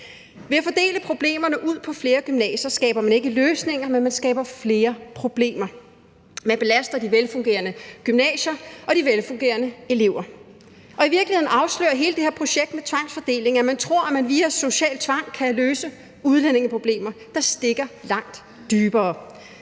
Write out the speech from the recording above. Ved at få delt problemerne ud på flere gymnasier skaber man ikke løsninger, men man skaber flere problemer. Man belaster de velfungerende gymnasier og de velfungerende elever. I virkeligheden afslører i hele det her projekt med tvangsfordeling, at man tror, at man via social tvang kan løse udlændingeproblemer, der stikker langt dybere.